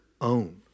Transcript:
own